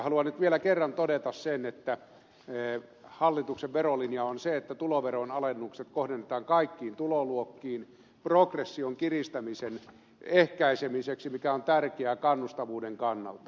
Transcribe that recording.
haluan nyt vielä kerran todeta sen että hallituksen verolinja on se että tuloveronalennukset kohdennetaan kaikkiin tuloluokkiin progression kiristämisen ehkäisemiseksi mikä on tärkeää kannustavuuden kannalta